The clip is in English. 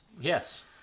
Yes